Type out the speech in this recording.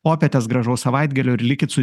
popietės gražaus savaitgalio ir likit su